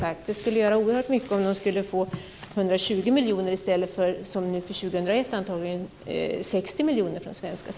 Det skulle betyda oerhört mycket om de kunde få 120 miljoner i stället för, som nu för år 2001, 60